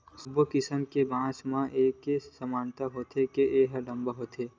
सब्बो किसम के बांस म एके समानता होथे के ए ह लाम होथे